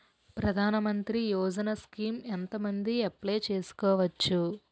ప్రధాన మంత్రి యోజన స్కీమ్స్ ఎంత మంది అప్లయ్ చేసుకోవచ్చు?